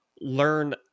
learn